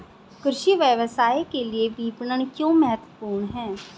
कृषि व्यवसाय के लिए विपणन क्यों महत्वपूर्ण है?